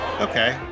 okay